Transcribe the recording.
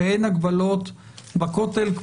שאין הגבלות בכותל,